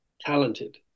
talented